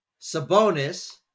Sabonis